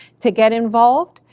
to get involved,